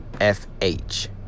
F-H